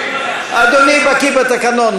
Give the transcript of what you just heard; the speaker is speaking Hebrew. אדוני בקי בתקנון.